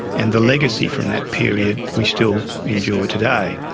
and the legacy from that period we still enjoy today.